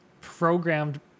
programmed